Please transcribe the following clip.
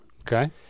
Okay